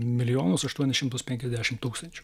milijonus aštuonis šimtus penkiasdešimt tūkstančių